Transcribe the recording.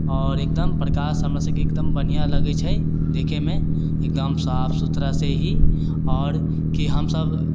आओर एकदम प्रकाश हमरा सभके एकदम बढ़ियाँ लगै छै देखैमे एकदम साफ सुथरा सँ हि आओर कि हम सभ